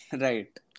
right